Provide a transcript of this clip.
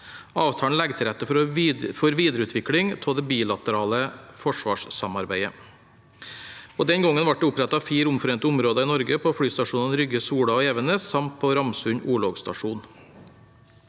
Avtalen legger til rette for videreutvikling av det bilaterale forsvarssamarbeidet. Den gangen ble det opprettet fire omforente områder i Norge, på flystasjonene Rygge, Sola og Evenes samt på Ramsund orlogsstasjon.